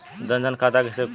जनधन खाता कइसे खुली?